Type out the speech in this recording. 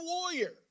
warrior